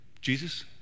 Jesus